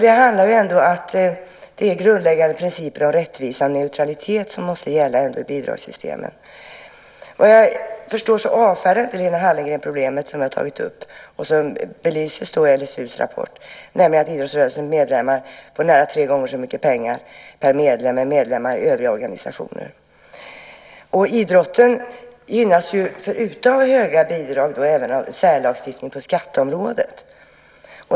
Det handlar ju ändå om att det är grundläggande principer om rättvisa och neutralitet som måste gälla i bidragssystemen. Vad jag förstår avfärdar inte Lena Hallengren problemet som jag har tagit upp och som belyses i LSU:s rapport, nämligen att idrottsrörelsens medlemmar får nära tre gånger så mycket pengar som medlemmar i övriga organisationer. Idrotten gynnas ju förutom av höga bidrag även av en särlagstiftning på skatteområdet.